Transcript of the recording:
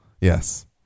yes